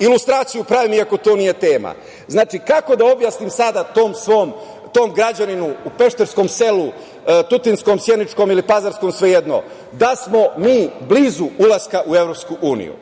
Ilustraciju pravim, iako to nije tema. Znači, kako da objasnim sada tom građaninu u pešterskom selu, tutinskom, sjeničkom ili pazarskom, svejedno, da smo mi blizu ulaska u EU?